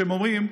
שהם אומרים: